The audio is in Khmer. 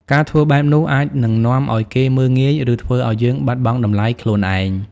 ការធ្វើបែបនោះអាចនឹងនាំឲ្យគេមើលងាយ ឬធ្វើឲ្យយើងបាត់បង់តម្លៃខ្លួនឯង។